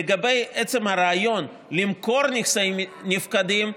לגבי עצם הרעיון למכור נכסי נפקדים,